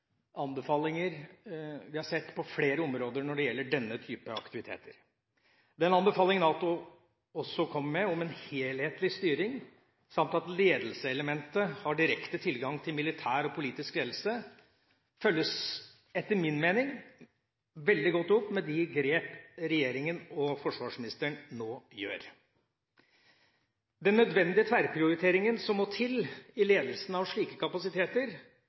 anbefalinger vi har sett på flere områder når det gjelder denne type aktiviteter. Den anbefalingen NATO også kommer med, om en helhetlig styring samt at ledelseselementet har direkte tilgang til militær og politisk ledelse, følges etter min mening veldig godt opp med de grep regjeringa og forsvarsministeren nå gjør. Den nødvendige tverrprioriteringen som må til i ledelsen av slike kapasiteter,